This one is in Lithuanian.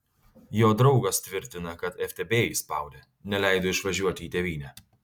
jo draugas tvirtina kad ftb jį spaudė neleido išvažiuoti į tėvynę